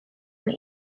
and